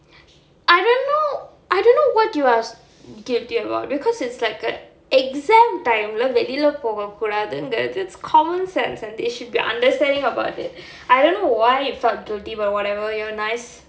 I don't know I don't know what you are guilty about because it's like a exam time வெளில போக கூடாதுங்கறது:velila poga koodaangrathu it's common sense and they should be understanding about it I don't know why you felt guilty and whatever you're nice